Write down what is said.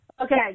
Okay